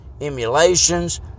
emulations